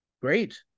Great